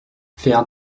faire